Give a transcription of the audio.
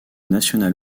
national